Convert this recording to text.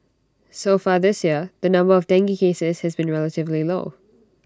so far this year the number of dengue cases has been relatively low